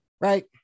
right